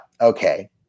Okay